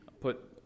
put